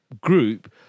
group